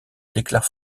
déclare